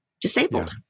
disabled